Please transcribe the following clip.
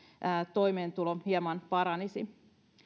toimeentulo hieman paranisi